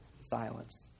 silence